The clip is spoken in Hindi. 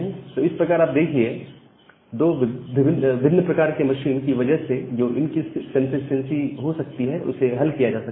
तो इस प्रकार से आप देखिए कि दो भिन्न प्रकार के मशीन की वजह से जो इनकंसिस्टेंसी हो सकती है उसे हल किया जा सकता है